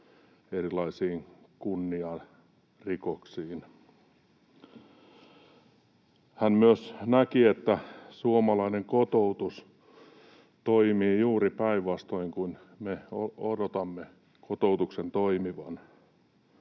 erilaisiin kunniarikoksiin. Hän myös näki, että suomalainen kotoutus toimii juuri päinvastoin kuin me odotamme kotoutuksen toimivan.